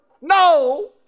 no